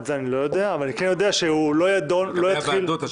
אבל אני כן יודע שהוא לא יתחיל --- איתן,